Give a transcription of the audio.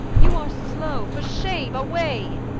you are slow, for shame away